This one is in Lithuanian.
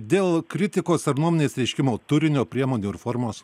dėl kritikos ar nuomonės reiškimo turinio priemonių ir formos